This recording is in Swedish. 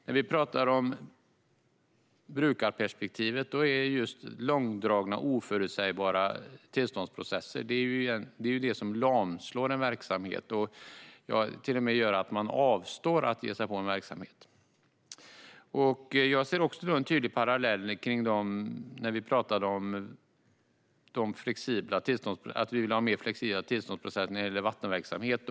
När vi talar om brukarperspektivet är just långdragna och oförutsägbara tillståndsprocesser det som lamslår en verksamhet och som till och med gör att man avstår från att ge sig på en verksamhet. Jag ser en tydlig parallell med den diskussion vi har haft kring att vi vill ha mer flexibla tillståndsprocesser när det gäller vattenverksamhet.